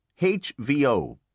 HVO